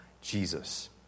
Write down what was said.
Jesus